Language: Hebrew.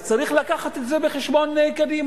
אז צריך להביא את זה בחשבון קדימה,